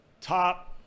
top